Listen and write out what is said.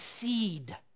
seed